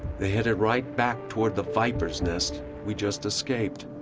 they headed right back toward the viper's nest we just escaped.